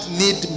need